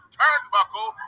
turnbuckle